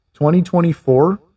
2024